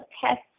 tests